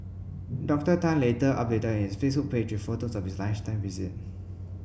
Doctor Tan later updated his Facebook page photos of his lunchtime visit